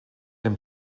dem